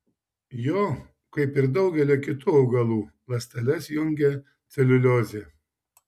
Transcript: jo kaip ir daugelio kitų augalų ląsteles jungia celiuliozė